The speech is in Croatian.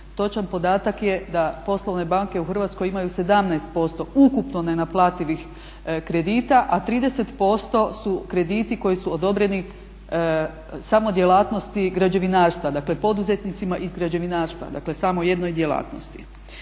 Točan podatak je da poslovne banke u Hrvatskoj imaju 17% ukupno nenaplativih kredita a 30% su krediti koji su odobreni samo djelatnosti građevinarstva, dakle poduzetnicima iz građevinarstva, dakle samo jednoj djelatnosti.